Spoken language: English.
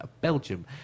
Belgium